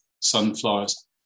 sunflowers